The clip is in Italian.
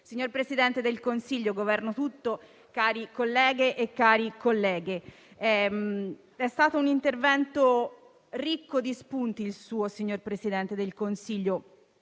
Signor Presidente del Consiglio, Governo tutto, care colleghe e cari colleghi, è stato un intervento ricco di spunti e di grandi sfide che lei, signor Presidente del Consiglio,